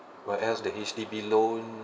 whereas the H_D_B loan